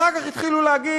אחר כך, התחילו להגיד: